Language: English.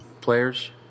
players